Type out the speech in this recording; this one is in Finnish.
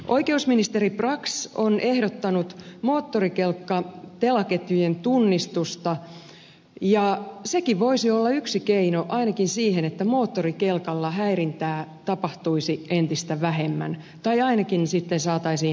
oikeusministeri brax on ehdottanut moottorikelkkatelaketjujen tunnistusta ja sekin voisi olla yksi keino ainakin siihen että moottorikelkalla häirintää tapahtuisi entistä vähemmän tai ainakin sitten saataisiin häiritsijät kiinni